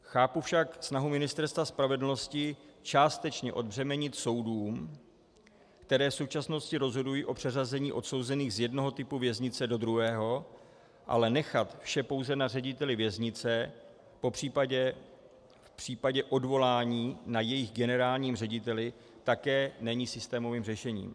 Chápu však snahu Ministerstva spravedlnosti částečně odbřemenit soudům, které v současnosti rozhodují o přeřazení odsouzených z jednoho typu věznice do druhého, ale nechat vše pouze na řediteli věznice, popř. v případě odvolání na jejich generálním řediteli také není systémovým řešením.